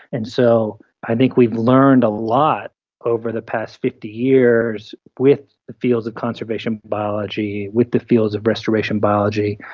and so i think we've learned a lot over the past fifty years with fields of conservation biology, with the fields of restoration biology,